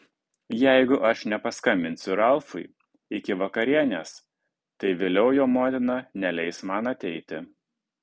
jeigu aš nepaskambinsiu ralfui iki vakarienės tai vėliau jo motina neleis man ateiti